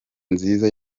nziza